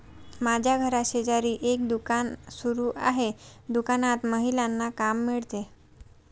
माझ्या घराशेजारी एक दुकान सुरू आहे दुकानात महिलांना काम मिळते